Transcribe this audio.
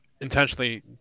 intentionally